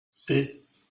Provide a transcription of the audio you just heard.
six